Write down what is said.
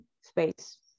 space